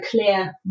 clear